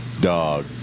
Dog